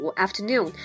afternoon